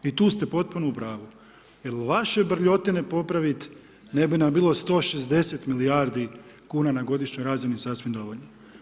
I tu ste potpuno u pravu, jer vaše brljotine popraviti ne bi nam bilo 160 milijardi kuna na godišnjoj razini sasvim dovoljno.